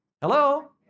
Hello